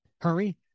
Hurry